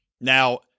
Now